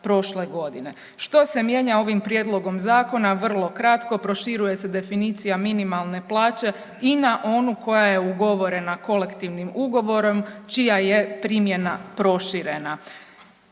Što se mijenja ovim prijedlogom zakona, vrlo kratko. Proširuje se definicija minimalne plaće i na onu koja je ugovorena kolektivnim ugovorom čija je primjena proširena.